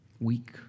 weak